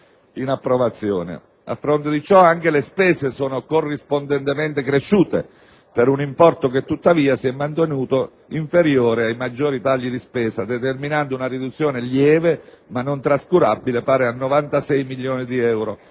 in approvazione. A fronte di ciò, anche le spese sono corrispondentemente cresciute, per un importo che tuttavia si è mantenuto inferiore ai maggiori tagli di spesa, determinando una riduzione lieve, ma non trascurabile - pari a 96 milioni di euro